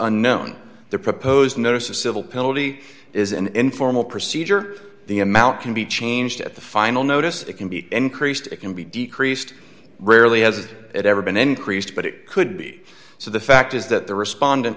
unknown the proposed notice of civil penalty is an informal procedure the amount can be changed at the final notice it can be increased it can be decreased rarely has it ever been increased but it could be so the fact is that the responde